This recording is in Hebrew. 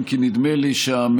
אם כי נדמה לי שהמציעות,